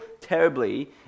terribly